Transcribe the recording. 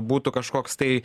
būtų kažkoks tai